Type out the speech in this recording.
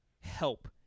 help